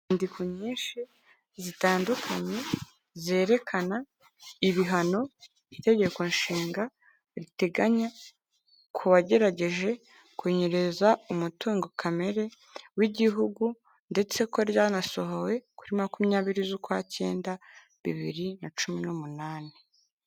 Inyandiko nyinshi zitandukanye zerekana ibihano, itegeko nshinga riteganya ku wagerageje kunyereza umutungo kamere w'igihugu ndetse ko ryanasohowe kuri makumyabiri z'ukwa cyenda bibiri na cumi n'umunani.